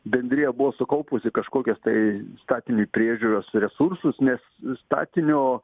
bendrija buvo sukaupusi kažkokias tai statiniui priežiūros resursus nes statinio